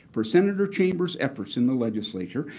for senator chambers' efforts in the legislature,